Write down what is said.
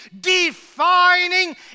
defining